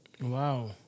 Wow